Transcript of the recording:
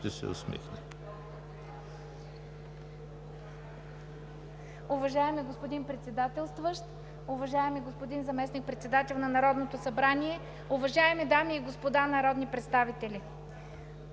Уважаеми господин Председателстващ, уважаеми господин Заместник-председател на Народното събрание, уважаеми дами и господа народни представители!